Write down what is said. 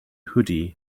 hoodie